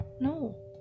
no